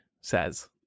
says